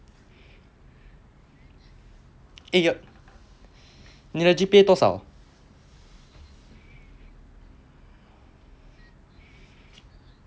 eh your 你的 G_P_A 多少